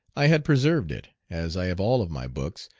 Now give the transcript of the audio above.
i had preserved it, as i have all of my books,